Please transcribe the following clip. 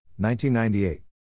1998